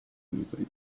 anything